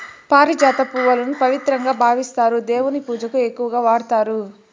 పారిజాత పువ్వులను పవిత్రంగా భావిస్తారు, దేవుని పూజకు ఎక్కువగా వాడతారు